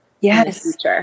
Yes